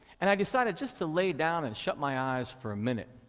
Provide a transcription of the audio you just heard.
and i decided just to lay down and shut my eyes for a minute.